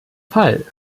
fall